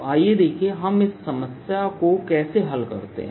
तो आइए देखें कि हम इस समस्या को कैसे हल करते हैं